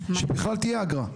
שבכלל תהיה אגרה.